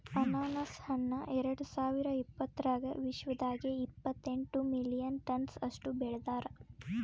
ಅನಾನಸ್ ಹಣ್ಣ ಎರಡು ಸಾವಿರ ಇಪ್ಪತ್ತರಾಗ ವಿಶ್ವದಾಗೆ ಇಪ್ಪತ್ತೆಂಟು ಮಿಲಿಯನ್ ಟನ್ಸ್ ಅಷ್ಟು ಬೆಳದಾರ್